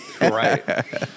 Right